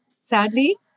sadly